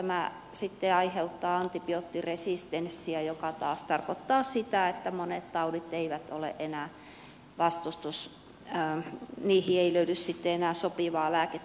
tämä sitten aiheuttaa antibioottiresistenssiä joka taas tarkoittaa sitä että moniin tauteihin ei löydy sitten enää sopivaa lääkettä